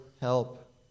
help